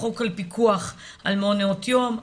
החוק על פיקוח מעונות יום,